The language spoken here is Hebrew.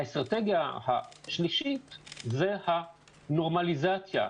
האסטרטגיה השלישית - זה הנורמליזציה,